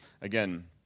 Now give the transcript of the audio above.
Again